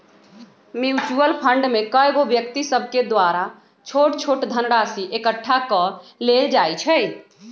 mutual fund में कएगो व्यक्ति सभके द्वारा छोट छोट धनराशि एकठ्ठा क लेल जाइ छइ